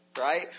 Right